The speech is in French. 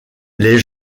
les